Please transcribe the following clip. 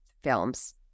films